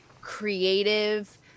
creative